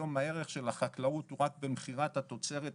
היום הערך של החקלאות הוא רק במכירת התוצרת החקלאית,